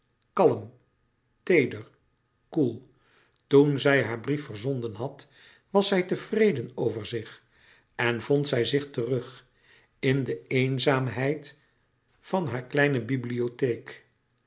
kalm teeder koel toen zij haar brief verzonden had was zij tevreden over zich en vond zij zich terug in de eenzaamheid van haar kleine bibliotheek